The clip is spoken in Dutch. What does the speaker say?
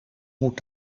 moet